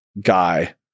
guy